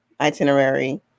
itinerary